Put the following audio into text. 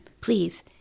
Please